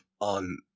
on